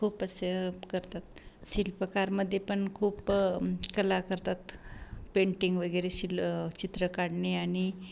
खूप असे करतात शिल्पकारमध्ये पण खूप कला करतात पेन्टिंग वगैरे शिलं चित्र काढणे आणि